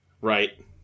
Right